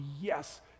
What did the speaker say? yes